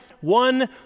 one